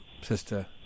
sister